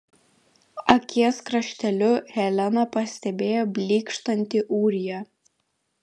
akies krašteliu helena pastebėjo blykštantį ūriją